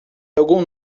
algum